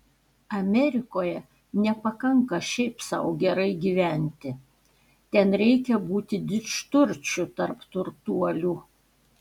amerikoje nepakanka šiaip sau gerai gyventi ten reikia būti didžturčiu tarp turtuolių